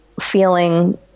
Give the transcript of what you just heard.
feeling